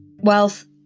wealth